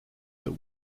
that